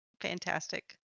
fantastic